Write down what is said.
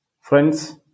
Friends